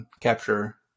capture